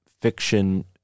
fiction